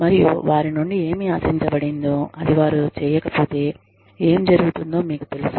మరియు వారి నుండి ఏమి ఆశించబడిందో అది వారు చేయకపోతే ఏం జరుగుతుందో మీకు తెలుసు